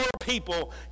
people